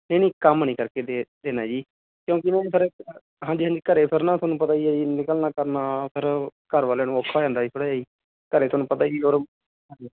ਨਹੀਂ ਨਹੀਂ ਕੰਮ ਨਹੀਂ ਕਰਕੇ ਦੇ ਦੇਣਾ ਜੀ ਕਿਉਂਕਿ ਨਾ ਜੀ ਫਿਰ ਹਾਂਜੀ ਹਾਂਜੀ ਘਰੇ ਫਿਰ ਨਾ ਤੁਹਾਨੂੰ ਪਤਾ ਈ ਐ ਜੀ ਨਿਕਲਣਾ ਕਰਨਾ ਫਿਰ ਘਰ ਵਾਲਿਆਂ ਨੂੰ ਔਖਾ ਹੋ ਜਾਂਦਾ ਜੀ ਥੋੜ੍ਹਾ ਜੀ ਘਰੇ ਤੁਹਾਨੂੰ ਪਤਾ ਹੀ ਫਿਰ